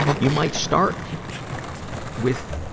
you might start with,